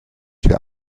wir